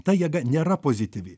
ta jėga nėra pozityvi